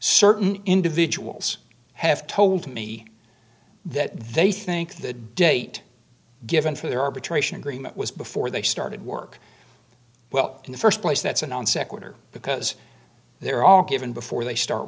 certain individuals have told me that they think the date given for their arbitration agreement was before they started work well in the st place that's a non sequitur because they're all given before they start